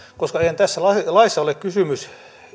koska eihän tässä laissa ole kysymys